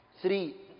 Three